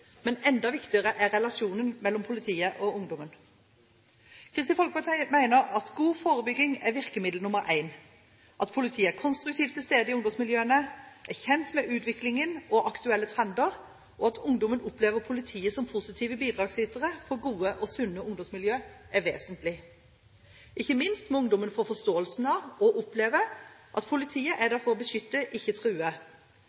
men enda viktigere er relasjonen mellom politiet og ungdommen. Kristelig Folkeparti mener at god forebygging er virkemiddel nr. 1, at politiet er konstruktivt til stede i ungdomsmiljøene, er kjent med utviklingen og aktuelle trender, og det at ungdommen opplever politiet som positive bidragsytere for gode og sunne ungdomsmiljøer, er vesentlig. Ikke minst må ungdommen få forståelsen av og oppleve at politiet er